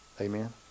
Amen